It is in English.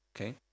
okay